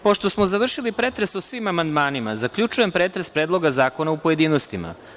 Pošto smo završili pretres o svim amandmanima zaključujem pretres Predloga zakona u pojedinostima.